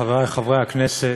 חברי חברי הכנסת,